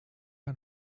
ein